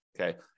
Okay